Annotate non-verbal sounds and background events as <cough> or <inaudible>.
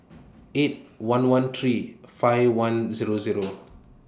eight one one three five one Zero Zero <noise>